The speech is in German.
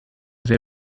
sehr